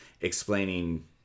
explaining